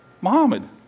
Muhammad